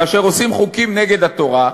כאשר עושים חוקים נגד התורה,